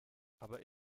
aber